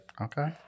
Okay